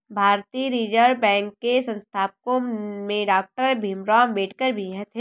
भारतीय reserve bank के संस्थापकों में डॉक्टर भीमराव अंबेडकर भी थे